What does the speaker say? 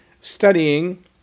studying